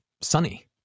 sunny